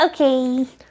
Okay